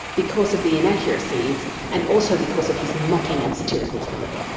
because of the inaccuracies and also because of his mocking and satirical tone.